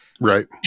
Right